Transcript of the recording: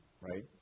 right